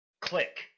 click